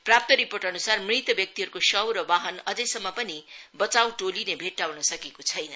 प्राप्त रिर्पोटअनुसार मृतः व्यक्तहरूको शव र वाहन अझैसम्म पनि बाचव टोलिले बेट्टाउन सकेको छैन